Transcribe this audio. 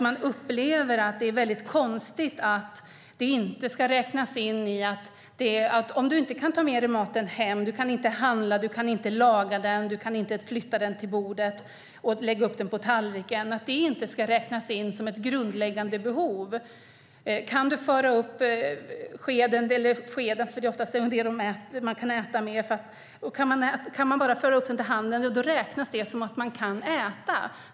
Man upplever att det är konstigt att det inte ska räknas som ett grundläggande behov att man inte kan handla, ta med sig maten hem, laga den, flytta den till bordet och lägga upp den på tallriken. Kan man bara föra upp skeden - det är oftast en sked man kan äta med - till munnen räknas det som att man kan äta.